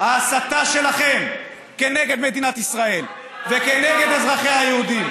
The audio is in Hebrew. ההסתה שלכם נגד מדינת ישראל ונגד אזרחיה היהודים,